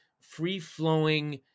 free-flowing